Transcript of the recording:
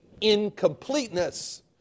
incompleteness